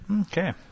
Okay